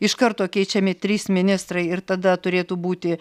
iš karto keičiami trys ministrai ir tada turėtų būti